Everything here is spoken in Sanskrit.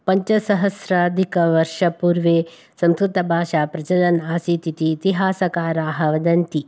पञ्चसहस्राधिकवर्षपूर्वे संस्कृतभाषा प्रचलन् असीत् इति इतिहासकाराः वदन्ति